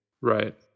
Right